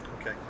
Okay